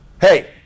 Hey